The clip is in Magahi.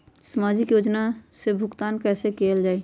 सामाजिक योजना से भुगतान कैसे कयल जाई?